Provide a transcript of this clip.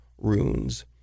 Runes